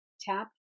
Tap